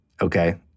Okay